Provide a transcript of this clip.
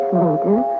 later